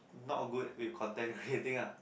not good with content creating ah